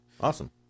Awesome